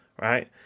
right